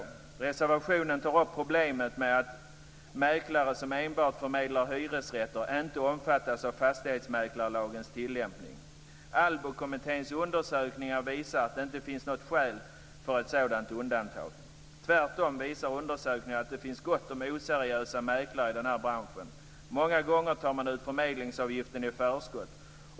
I reservationen tas problemet upp med att mäklare som enbart förmedlar hyresrätter inte omfattas av fastighetsmäklarlagens tillämpning. ALLBO-kommitténs undersökningar visar att det inte finns något skäl för ett sådant undantag. Tvärtom visar undersökningar att det finns gott om oseriösa mäklare i branschen. Många gånger tar man ut förmedlingsavgiften i förskott.